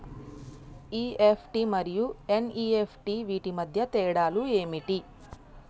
EFT మరియు NEFT వీటి మధ్య తేడాలు ఏమి ఉంటాయి?